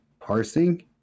Parsing